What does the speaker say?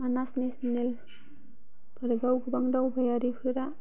मानास national park आव गोबां दावबायारिफोरा